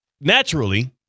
naturally